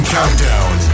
Countdown